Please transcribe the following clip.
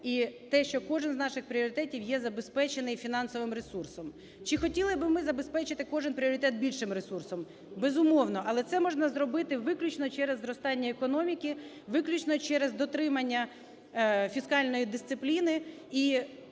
і те, що кожен з наших пріоритетів є забезпечений фінансовим ресурсом. Чи хотіли би ми забезпечити кожен пріоритет більшим ресурсом? Безумовно, але це можна зробити виключно через зростання економіки, виключно через дотримання фіскальної дисципліни.